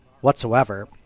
whatsoever